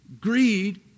Greed